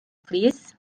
plîs